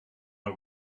een